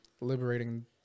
liberating